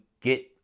get